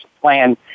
plan